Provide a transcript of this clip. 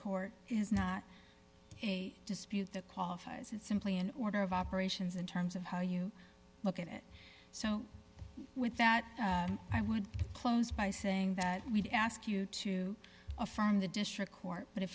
court is not a dispute that qualifies it's simply an order of operations in terms of how you look at it so with that i would close by saying that we ask you to affirm the district court but i